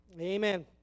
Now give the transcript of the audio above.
amen